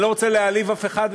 אני לא רוצה להעליב אף אחד,